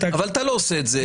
אבל אתה לא עושה את זה.